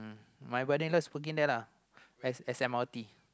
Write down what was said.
my brother in law is working there lah S_M_R_T